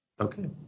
Okay